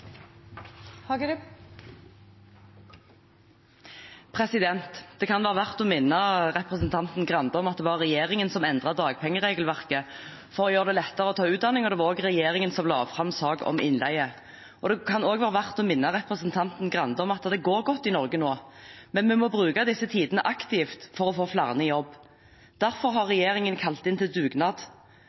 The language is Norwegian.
til. Det kan være verdt å minne representanten Grande om at det var regjeringen som endret dagpengeregelverket for å gjøre det lettere å ta utdanning, og det var også regjeringen som la fram sak om innleie. Det kan også være verdt å minne representanten Grande om at det går godt i Norge nå. Men vi må bruke disse tidene aktivt, for å få flere i jobb. Derfor har regjeringen kalt inn til dugnad.